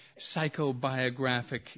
psychobiographic